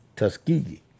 Tuskegee